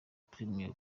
premier